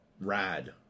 rad